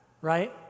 Right